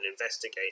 investigate